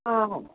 आम्